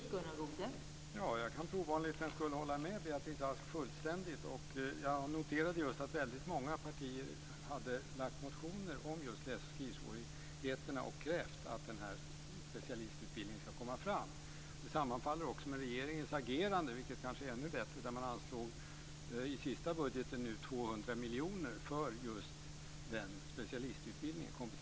Fru talman! Jag kan för ovanlighetens skull fullständigt hålla med Beatrice Ask. Jag har noterat att väldigt många partier väckt motioner om just läs och skrivsvårigheter och krävt att den här specialistutbildningen kommer fram. Detta sammanfaller också med regeringens agerande, vilket kanske är ännu bättre. I senaste budgeten har ju 200 miljoner kronor anslagits för just denna specialistutbildning.